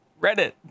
Reddit